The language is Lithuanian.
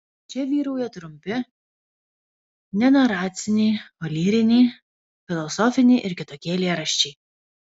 čia vyrauja trumpi ne naraciniai o lyriniai filosofiniai ir kitokie eilėraščiai